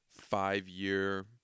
five-year